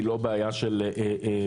היא לא בעיה של שב"ס,